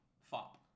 Fop